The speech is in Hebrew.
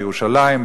בירושלים,